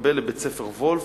להתקבל לבית- הספר "וולף",